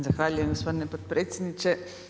Zahvaljujem gospodine potpredsjedniče.